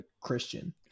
Christian